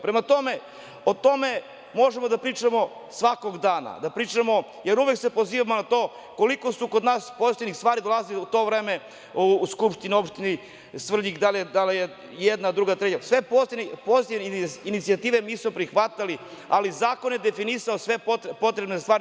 Prema tome, o tome možemo da pričamo svakog dana, jer uvek se pozivamo na to koliko je kod nas pozitivnih stvari dolazilo u to vreme u skupštinu opštine Svrljig, da li je jedna, druga, treća, sve pozitivne inicijative mi smo prihvatali, ali zakon je definisao sve potrebne stvari.